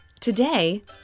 Today